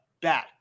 bad